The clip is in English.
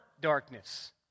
darkness